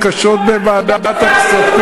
בושה.